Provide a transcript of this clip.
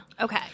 Okay